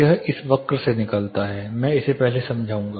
यह इस वक्र से निकलता है मैं इसे पहले समझाऊंगा